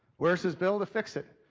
where's his bill to fix it?